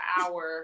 hour